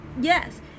yes